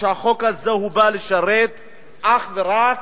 שהחוק הזה בא לשרת אך ורק